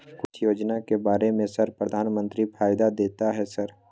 कुछ योजना के बारे में सर प्रधानमंत्री फायदा देता है सर?